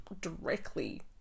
directly